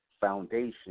foundation